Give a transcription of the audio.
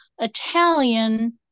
Italian